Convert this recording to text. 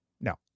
No